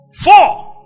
four